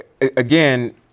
again